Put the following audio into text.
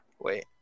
Wait